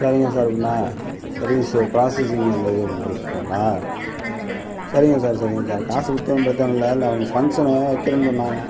சரிங்க சார் பின்ன service processing அந்த இது பண்ணுறதுக்குலாம் சரிங்க சார் சரிங்க சார் காசு பற்றி ஒன்றும் பிரச்சினல்ல இல்லை அவங்க ஃபங்ஷன் வைக்கிறேன்னு சொன்னாங்க